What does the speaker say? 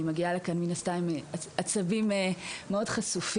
מן הסתם אני מגיעה לכאן עם עצבים מאוד חשופים.